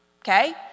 okay